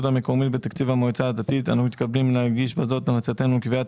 המקומית בתקציב המועצה הדתית אנו מתכבדים להגיש בזאת המלצתנו לקביעת